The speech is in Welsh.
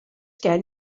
gen